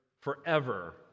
forever